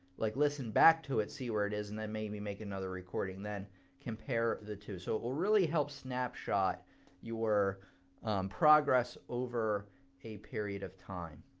like listen back to it, see where it is, and then maybe make another recording. then compare the two. so it will really help snapshot your progress over a period of time.